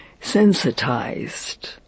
sensitized